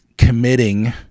committing